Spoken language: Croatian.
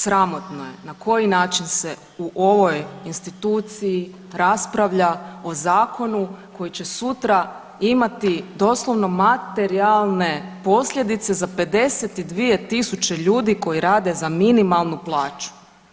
Sramotno je na koji način se u ovoj instituciji raspravlja o zakonu koji će sutra imati doslovno materijalne posljedice za 52.000 ljudi koji rade za minimalnu plaću.